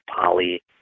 poly